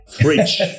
fridge